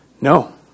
No